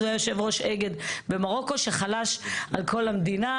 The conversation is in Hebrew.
אז הוא היה יושב ראש אגד במרוקו שחלש על כל המדינה,